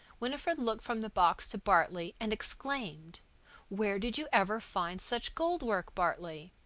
winifred looked from the box to bartley and exclaimed where did you ever find such gold work, bartley?